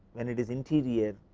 when it is interior